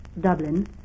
Dublin